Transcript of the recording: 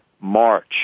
March